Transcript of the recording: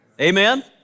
Amen